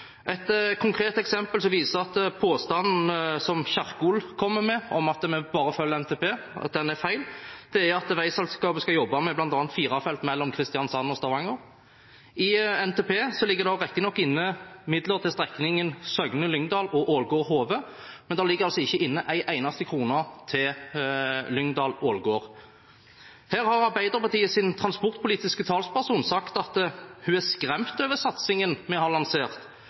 Et konkret eksempel som viser at påstanden som Kjerkol kom med om at vi bare følger NTP, er feil, er at veiselskapet skal jobbe med bl.a. fire felt mellom Kristiansand og Stavanger. I NTP ligger det riktignok inne midler til strekningen Søgne–Lyngdal og Ålgård–Hove, men det ligger ikke inne en eneste krone til Lyngdal–Ålgård. Her har Arbeiderpartiets transportpolitiske talsperson sagt at hun er skremt over satsingen